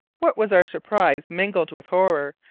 what was our surprise, mingled with horror,